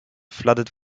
flooded